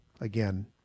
again